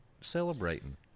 celebrating